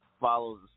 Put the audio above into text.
follows